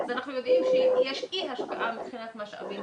אז אנחנו יודעים שיש אי השפעה מבחינת משאבים.